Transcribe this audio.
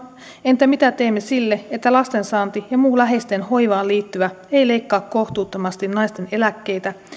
entä mitä teemme sille että lasten saanti ja muu läheisten hoivaan liittyvä ei leikkaa kohtuuttomasti naisten eläkkeitä